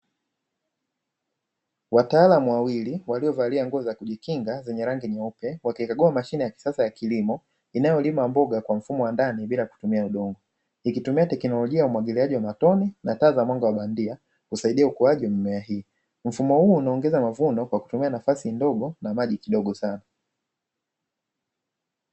Wataalamu wawili waliovalia nguo za kujikinga zenye rangi nyeupe, wakikagua mashine ya kisasa ya kilimo, inayolima mboga kwa mfumo wa ndani bila kutumia udongo ikitumia teknolojia umwagiliaji wa matone na taa za mwanga wa bandia kusaidia ukuaji mimea hii. Mfumo huo unaongeza mavuno kwa kutumia nafasi ndogo na maji kidogo sana.